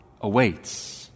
awaits